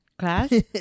class